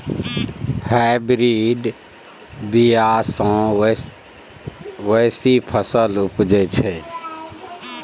hybrid बीया सँ बेसी फसल उपजै छै